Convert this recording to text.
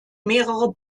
mehrere